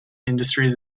industries